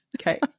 okay